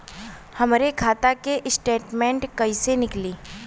हमरे खाता के स्टेटमेंट कइसे निकली?